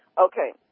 Okay